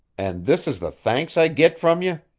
and this is the thanks i git from ye!